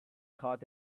taught